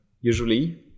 usually